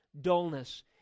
dullness